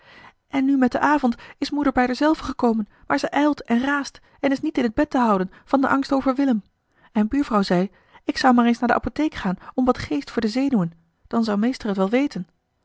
en nu met den avond is moeder bij der zelve gekomen maar zij ijlt en raast en is niet in t bed te houden van den angst over willem en buurvrouw zeî ik zou maar eens naar de apotheek gaan om wat geest voor de zenuwen dan zou meester het wel weten